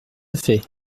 fait